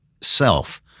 self